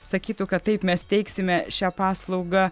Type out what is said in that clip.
sakytų kad taip mes teiksime šią paslaugą